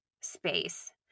space